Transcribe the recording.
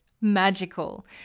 magical